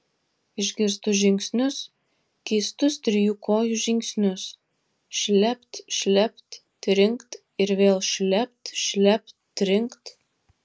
išgirstu žingsnius keistus trijų kojų žingsnius šlept šlept trinkt ir vėl šlept šlept trinkt